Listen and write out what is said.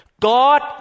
God